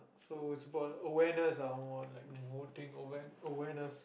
so it's about awareness lah like voting aware~ awareness